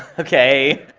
okay.